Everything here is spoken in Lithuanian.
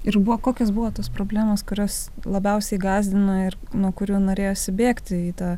ir buvo kokios buvo tos problemos kurios labiausiai gąsdino ir nuo kurių norėjosi bėgti į tą